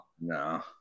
No